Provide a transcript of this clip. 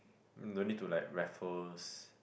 no need to like Raffles